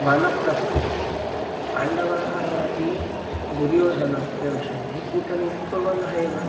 वानप्रस्थे पाण्डवाः अपि दुर्योधनस्य विषये कूटनीतिः कुर्वन्नः एव